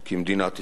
כמדינת ישראל,